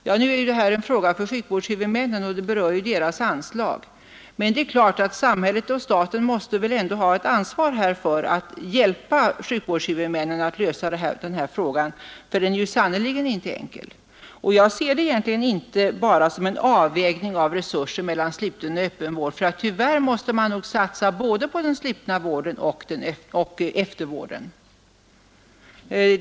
Ja, det är en fråga för sjukvårdshuvudmännen, eftersom det berör deras anslag, men staten måste ändå ha ett ansvar för att hjälpa sjukvårdshuvudmännen att lösa det här problemet, för det är sannerligen inte enkelt. Jag ser det egentligen inte bara som en avvägning av resurser mellan sluten vård och eftervård, för tyvärr måste man nog satsa både på den slutna vården och på eftervården.